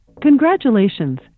Congratulations